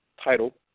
title